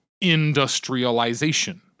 industrialization